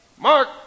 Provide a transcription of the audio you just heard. Mark